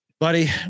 Buddy